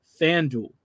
FanDuel